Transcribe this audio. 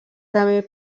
també